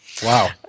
Wow